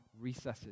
recesses